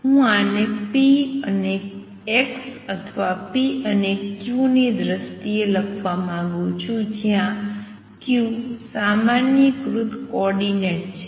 હું આને p અને x અથવા p અને q ની દ્રષ્ટિએ લખવા માંગું છું જ્યાં q સામાન્યીકૃત કોઓર્ડિનેટ છે